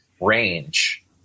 range